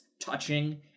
touching